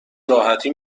راحتی